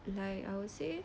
like I would say